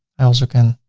i also can